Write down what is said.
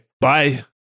bye